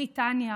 בריטניה,